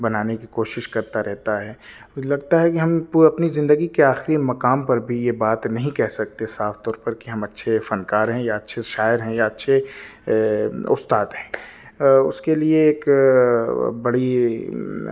بنانے کی کوشش کرتا رہتا ہے لگتا ہے کہ ہم اپنی زندگی کے آخری مقام پر بھی یہ بات نہیں کہہ سکتے صاف طور پر کہ ہم اچھے فن کار ہیں یا اچھے شاعر ہیں یا اچھے استاد ہیں اس کے لیے ایک بڑی